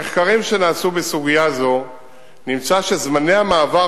במחקרים שנעשו בסוגיה זו נמצא שזמני המעבר